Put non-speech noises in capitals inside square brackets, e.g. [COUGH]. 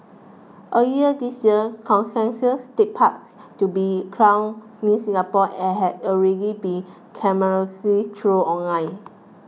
earlier this year [UNINTELLIGIBLE] take part to be crown Miss Singapore [UNINTELLIGIBLE] had already be [UNINTELLIGIBLE] troll online